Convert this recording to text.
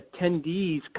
attendees